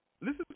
Listen